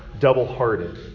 double-hearted